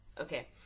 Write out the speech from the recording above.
okay